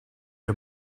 ihr